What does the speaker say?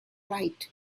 right